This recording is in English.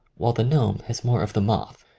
while the gnome has more of the moth.